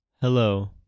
Hello